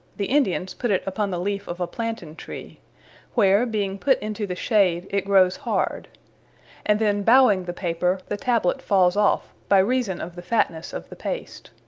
the indians put it upon the leaf of a planten-tree where, being put into the shade, it growes hard and then bowing the paper, the tablet falls off, by reason of the fatnesse of the paste.